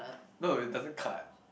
no you doesn't cut